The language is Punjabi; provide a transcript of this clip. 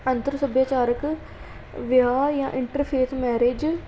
ਅੰਤਰ ਸੱਭਿਆਚਾਰਕ ਵਿਆਹ ਜਾਂ ਇੰਟਰ ਫੇਥ ਮੈਰਿਜ